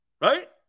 Right